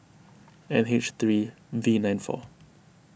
N H three V nine four